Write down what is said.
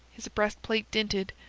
his breastplate dinted,